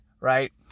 right